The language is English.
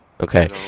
Okay